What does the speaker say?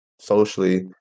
socially